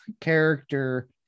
character